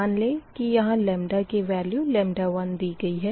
मान लें कि यहाँ लमदा की वेल्यू 1 दी गई है